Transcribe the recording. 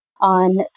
on